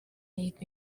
need